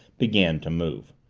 began to move.